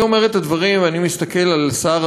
אני אומר את הדברים ואני מסתכל על שר